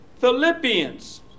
Philippians